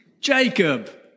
Jacob